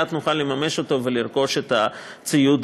ונוכל לממש אותו מייד ולרכוש את הציוד